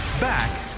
back